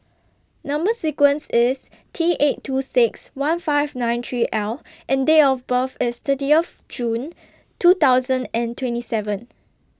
Number sequence IS T eight two six one five nine three L and Date of birth IS thirty of June two thousand and twenty seven